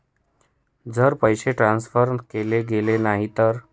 जर पैसे ट्रान्सफर केले गेले नाही तर?